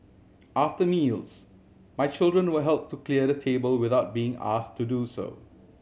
after meals my children will help to clear the table without being asked to do so